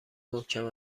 محکم